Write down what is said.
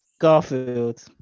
Garfield